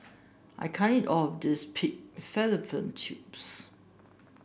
I can't eat all of this Pig Fallopian Tubes